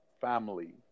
family